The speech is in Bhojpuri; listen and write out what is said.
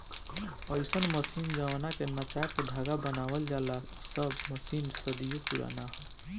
अईसन मशीन जवना के नचा के धागा बनावल जाला इ सब मशीन सदियों पुराना ह